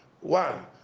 One